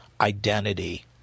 identity